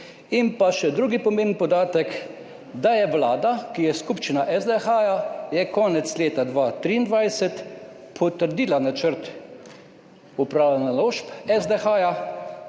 In še drugi pomemben podatek, da je Vlada, ki je skupščina SDH, konec leta 2023 potrdila načrt upravljanja naložb SDH,